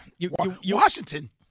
Washington